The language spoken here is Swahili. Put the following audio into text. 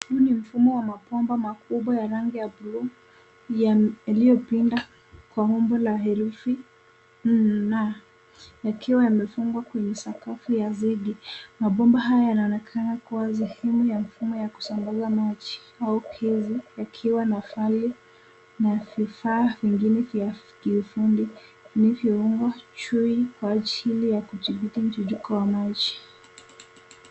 Huu ni mfumo wa mabomba makubwa ya rangi ya buluu yaliyopinda kwa umbo la herufi n na yakiwa yamefungwa kwenye sakafu ya z. Mabomba haya yanaonekana kuwa sehemu ya mfumo ya kusambaza maji au pezi yakiwa na fali na vifaa vingine vya kiufundi vilivyoumbwa chui kwa ajili ya kudhibiti mtirirko wa maji.